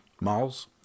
Malls